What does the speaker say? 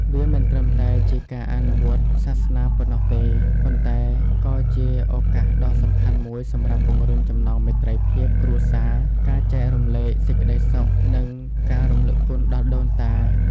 វាមិនត្រឹមតែជាការអនុវត្តសាសនាប៉ុណ្ណោះទេ ប៉ុន្តែក៏ជាឱកាសដ៏សំខាន់មួយសម្រាប់ពង្រឹងចំណងមេត្រីភាពគ្រួសារ ការចែករំលែកសេចក្ដីសុខ និងការរំលឹកគុណដល់ដូនតា។